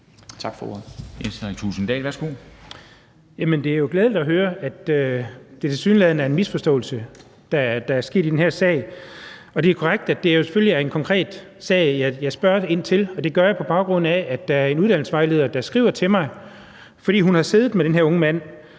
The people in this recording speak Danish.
Tak for ordet.